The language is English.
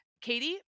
Katie